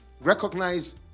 Recognize